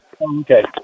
Okay